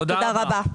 תודה רבה.